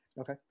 Okay